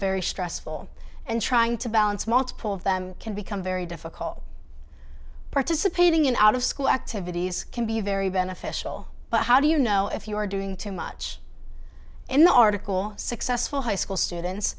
very stressful and trying to balance multiple of them can become very difficult participating in out of school activities can be very beneficial but how do you know if you are doing too much in the article successful high school students